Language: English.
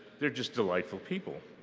they're just delightful people.